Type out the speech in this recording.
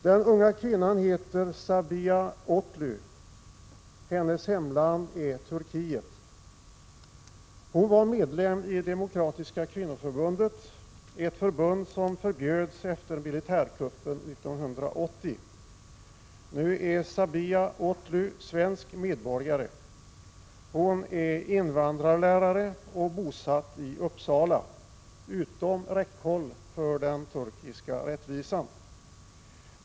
Den unga kvinnan heter Sabiha Otlu. Hennes hemland är Turkiet. Hon var medlem i Demokratiska kvinnoförbundet, ett förbund som förbjöds efter militärkuppen 1980. Nu är Sabiha Otlu svensk medborgare. Hon är invandrarlärare och bosatt i Uppsala, utom räckhåll för den turkiska rättvisan.